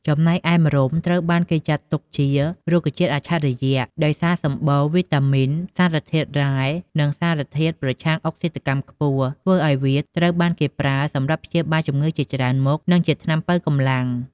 ចំណែកឯម្រុំត្រូវបានគេចាត់ទុកជា រុក្ខជាតិអច្ឆរិយៈ ដោយសារសម្បូរវីតាមីន សារធាតុរ៉ែ និងសារធាតុប្រឆាំងអុកស៊ីតកម្មខ្ពស់ ធ្វើឲ្យវាត្រូវបានគេប្រើសម្រាប់ព្យាបាលជំងឺជាច្រើនមុខ និងជាថ្នាំប៉ូវកម្លាំង។